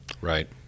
Right